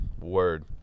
Word